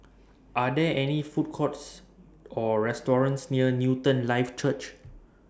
Are There Food Courts Or restaurants near Newton Life Church